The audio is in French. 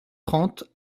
trente